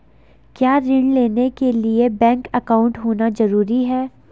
क्या ऋण लेने के लिए बैंक अकाउंट होना ज़रूरी है?